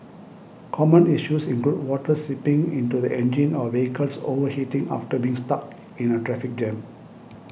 common issues include water seeping into the engine or vehicles overheating after being stuck in a traffic jam